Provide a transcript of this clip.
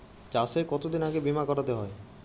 চাষে কতদিন আগে বিমা করাতে হয়?